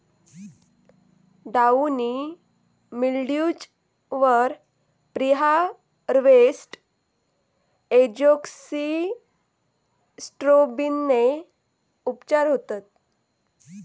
downy mildews वर preharvest एजोक्सिस्ट्रोबिनने उपचार होतत